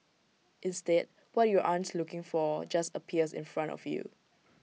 instead what you aren't looking for just appears in front of you